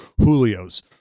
Julio's